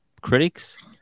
critics